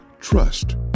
Trust